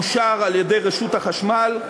ואושר על-ידי רשות החשמל.